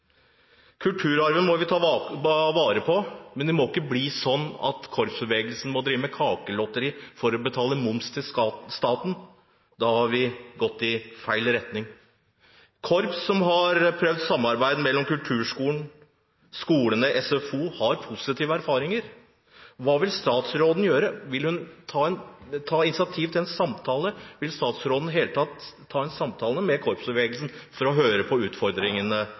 Kulturarven må vi ta vare på, men det må ikke bli sånn at korpsbevegelsen må drive med kakelotteri for å betale moms til staten. Da har vi gått i feil retning. Korps som har prøvd samarbeid mellom kulturskolen, skolene og SFO, har positive erfaringer. Hva vil statsråden gjøre? Vil hun ta initiativ til en samtale, og vil statsråden i det hele tatt ta en samtale med korpsbevegelsen for å høre om utfordringene